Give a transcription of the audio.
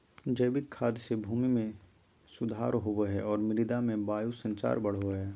जैविक खाद से भूमि में सुधार होवो हइ और मृदा में वायु संचार बढ़ो हइ